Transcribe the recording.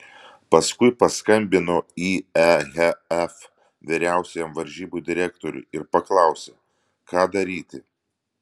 paskui paskambino į ehf vyriausiajam varžybų direktoriui ir paklausė ką daryti